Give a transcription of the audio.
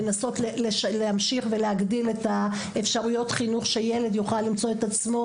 לנסות להמשיך ולהגדיל את האפשרויות חינוך שילד יוכל למצוא את עצמו,